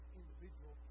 individual